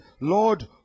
Lord